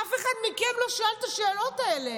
אף אחד מכם לא שאל את השאלות האלה.